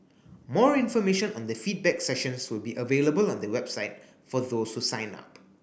more information on the feedback sessions will be available on the website for those who sign up